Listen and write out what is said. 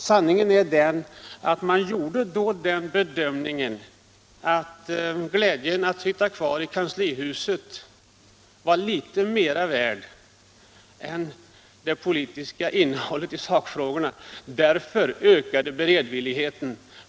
Sanningen är den att man då gjorde den bedömningen att önskemålet att sitta kvar i kanslihuset vägde litet tyngre än det politiska innehållet i sakfrågorna. Därför ökade beredvilligheten till samarbete.